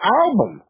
album